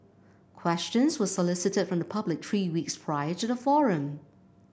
questions were solicited from the public three weeks prior to the forum